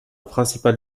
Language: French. principale